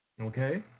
Okay